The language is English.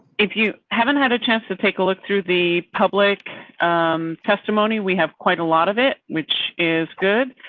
if you haven't had a chance to take a look through the public testimony, we have quite a lot of it, which is good.